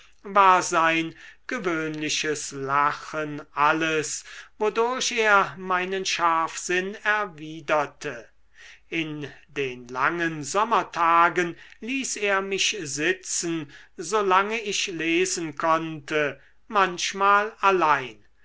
war sein gewöhnliches lachen alles wodurch er meinen scharfsinn erwiderte in den langen sommertagen ließ er mich sitzen solange ich lesen konnte manchmal allein